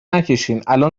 نکشینالان